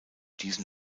diesen